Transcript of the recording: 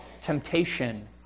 temptation